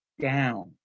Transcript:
down